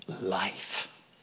life